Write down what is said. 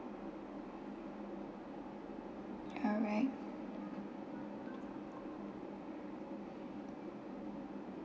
alright